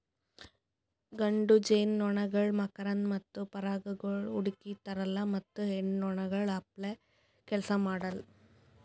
ಗಂಡು ಜೇನುನೊಣಗೊಳ್ ಮಕರಂದ ಮತ್ತ ಪರಾಗಗೊಳ್ ಹುಡುಕಿ ತರಲ್ಲಾ ಮತ್ತ ಹೆಣ್ಣ ನೊಣಗೊಳ್ ಅಪ್ಲೇ ಕೆಲಸ ಮಾಡಲ್